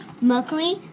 Mercury